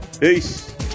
peace